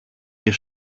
και